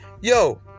yo